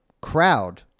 crowd